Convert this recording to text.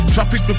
Traffic